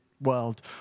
World